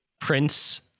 Prince